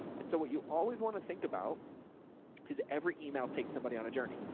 and so what you always want to think about is every email takes somebody on a journey.